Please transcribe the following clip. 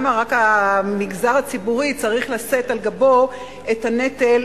המגזר הציבורי צריך לשאת על גבו את הנטל,